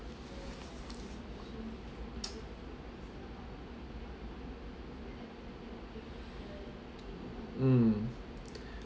mm